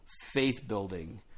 faith-building